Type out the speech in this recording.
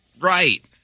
Right